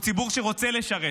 הוא ציבור שרוצה לשרת.